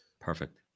Perfect